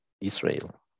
Israel